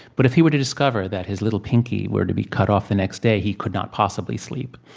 but if he were to discover that his little pinky were to be cut off the next day, he could not possibly sleep.